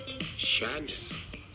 shyness